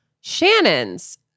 Shannon's